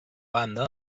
banda